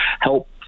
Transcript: help